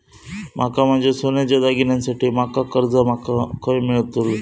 माका माझ्या सोन्याच्या दागिन्यांसाठी माका कर्जा माका खय मेळतल?